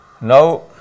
Now